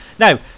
Now